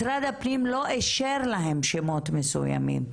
משרד הפנים לא אישר להם שמות מסוימים,